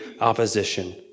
opposition